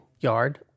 yard